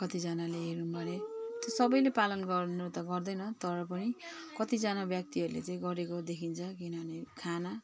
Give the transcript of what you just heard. कतिजनाले हेरौँ भने त्यो सबैले पालन गर्नु त गर्दैन तर पनि कतिजना व्यक्तिहरूले चाहिँ गरेको देखिन्छ किनभने खाना